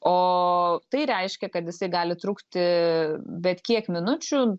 o tai reiškia kad jisai gali trukti bet kiek minučių